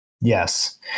Yes